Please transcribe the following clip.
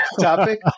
topic